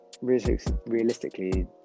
Realistically